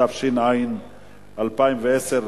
התש"ע 2010,